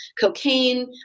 cocaine